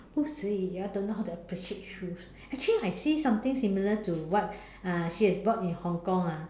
who say you all don't know how to appreciate shoes actually I see something similar to what uh should have bought in Hong-Kong ah